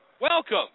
Welcome